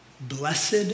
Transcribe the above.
Blessed